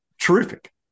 terrific